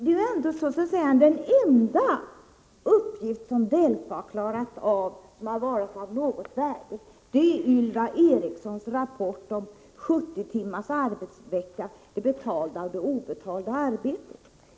Han säger också att den enda uppgift som DELFA klarat av och som varit av något värde är Ylva Ericssons rapport om 70 timmars arbetsvecka ”Det betalda och det obetalda arbetet”.